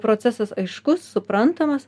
procesas aiškus suprantamas